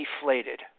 deflated